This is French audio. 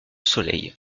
soleil